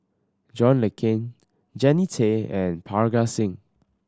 John Le Cain Jannie Tay and Parga Singh